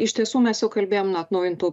iš tiesų mes jau kalbėjom atnaujintų